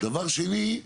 דבר שני,